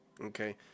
Okay